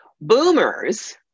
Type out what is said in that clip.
boomers